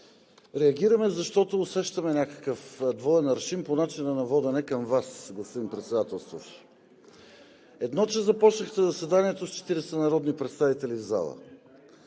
реагираме, защото усещаме някакъв двоен аршин по начина на водене от Вас, господин Председателстващ! Едно, че започнахте заседанието с 40 народни представители в залата.